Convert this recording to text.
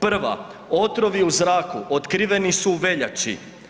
Prva, otrovi u zraku otkriveni su u veljači.